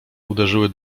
uderzyły